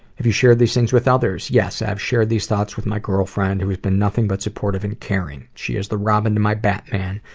have you shared these things with others? yes. i have shared these thoughts with my girlfriend, who has been nothing but supportive and caring. she is the robin to my batman,